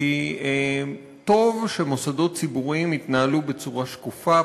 כי טוב שמוסדות ציבוריים יתנהלו בצורה שקופה,